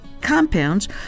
compounds